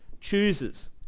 chooses